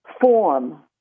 form